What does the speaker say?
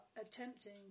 attempting